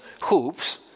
hoops